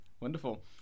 Wonderful